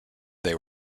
they